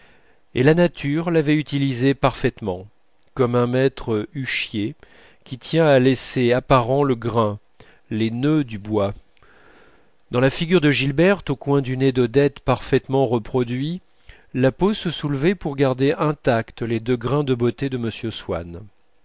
et la nature l'avait utilisée parfaitement comme un maître huchier qui tient à laisser apparents le grain les nœuds du bois dans la figure de gilberte au coin du nez d'odette parfaitement reproduit la peau se soulevait pour garder intacts les deux grains de beauté de m swann